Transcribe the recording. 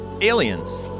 Aliens